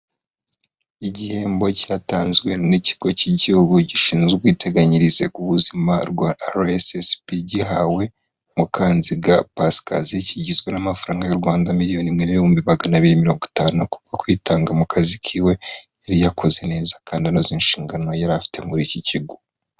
Igihembo cyatanzwe n'ikigo cy'igihugu gishinzwe ubwiteganyirize bw'ubuzima bwa RSSB. Gihawe Mukanziga Pascasie. Kigizwe n'amafaranga y'u Rwanda miliyoni n'ibihumbi magana abiri, mirongo itanu. Kubwo kwitanga mu kaziki we yari yakoze neza kandi anoza inshingano yari afite muri iki kigo.